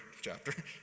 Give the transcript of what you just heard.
chapter